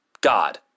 God